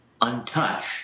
untouched